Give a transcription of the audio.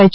H